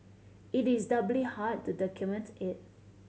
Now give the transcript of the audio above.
it is doubly hard to document it